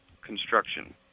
construction